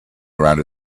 around